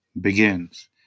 begins